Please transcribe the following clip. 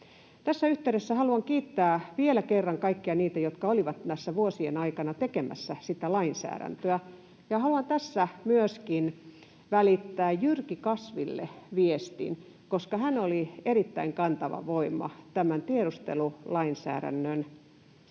Tässä yhteydessä haluan kiittää vielä kerran kaikkia niitä, jotka olivat tässä vuosien aikana tekemässä sitä lainsäädäntöä, ja haluan tässä myöskin välittää Jyrki Kasville viestin, koska hän oli erittäin kantava voima tämän tiedustelulainsäädännön